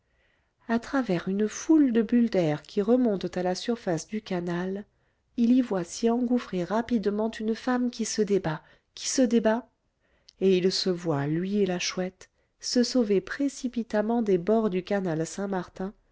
à travers une foule de bulles d'air qui remontent à la surface du canal il y voit s'y engouffrer rapidement une femme qui se débat qui se débat et il se voit lui et la chouette se sauver précipitamment des bords du canal saint-martin